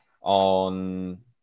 on